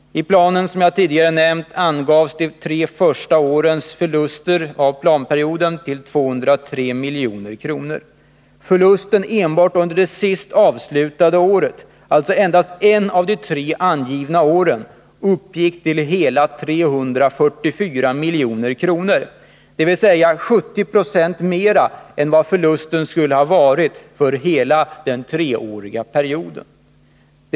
I planen angavs, som jag tidigare nämnt, att förlusterna under åren 1980-1982 skulle uppgå till 203 milj.kr. Förlusten enbart under 1980 — alltså endast ett av de tre angivna åren — uppgick till hela 344 milj.kr., dvs. 70 20 mer än vad förlusten skulle bli för hela treårsperioden.